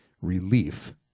relief